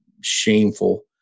shameful